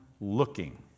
looking